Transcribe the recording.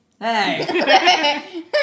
Hey